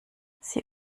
sie